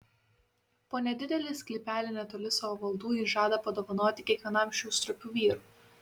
po nedidelį sklypelį netoli savo valdų ji žada padovanoti kiekvienam šių stropių vyrų